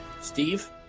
Steve